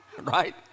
Right